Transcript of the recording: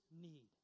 need